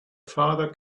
father